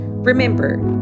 Remember